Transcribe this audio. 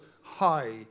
high